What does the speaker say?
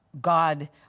God